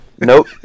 Nope